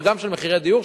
וגם של מחירי דיור,